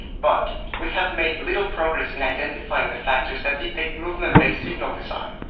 but we have made little progress in identifying the factors that dictate movement-based signal design.